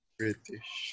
british